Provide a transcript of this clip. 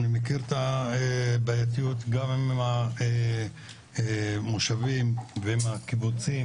אני מכיר את הבעייתיות גם עם המושבים ועם הקיבוצים,